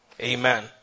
Amen